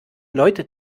leute